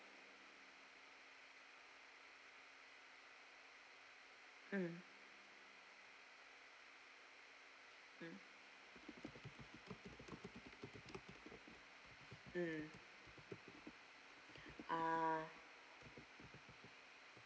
mm mm mm ah